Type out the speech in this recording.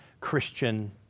Christian